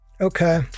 Okay